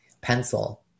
Pencil